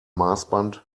maßband